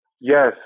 Yes